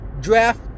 draft